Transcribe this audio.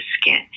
skin